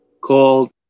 called